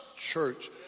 church